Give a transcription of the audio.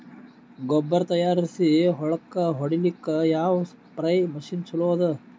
ಗೊಬ್ಬರ ತಯಾರಿಸಿ ಹೊಳ್ಳಕ ಹೊಡೇಲ್ಲಿಕ ಯಾವ ಸ್ಪ್ರಯ್ ಮಷಿನ್ ಚಲೋ ಅದ?